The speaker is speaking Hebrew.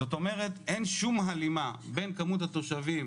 זאת אומרת אין שום הלימה בין כמות התושבים